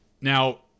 Now